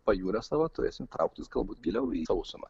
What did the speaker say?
pajūrio savo turėsime trauktis galbūt giliau į sausumą